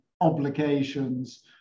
obligations